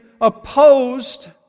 opposed